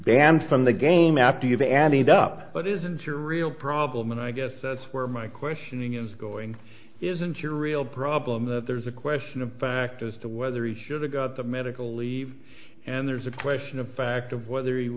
banned from the game after you've added up but it isn't your real problem and i guess that's where my questioning is going isn't your real problem that there's a question of fact as to whether he should have the medical leave and there's a question of fact of whether he